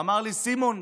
ואמר לי: סימון,